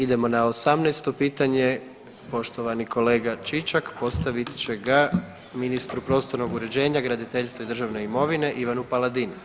Idemo na 18 pitanje poštovani kolega Čičak postavit će ga ministru prostornog uređenja, graditeljstva i državne imovine Ivanu Paladin.